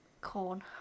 Corn